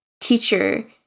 teacher